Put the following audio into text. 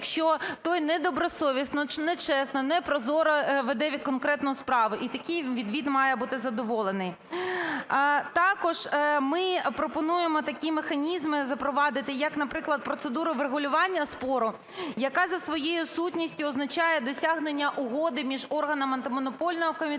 якщо той недобросовісно, нечесно, непрозоро веде конкретну справу, і такий відвід має бути задоволений. Також ми пропонуємо такі механізми запровадити, як наприклад, процедуру врегулювання спору, яка за своєю сутністю означає досягнення угоди між органами Антимонопольного комітету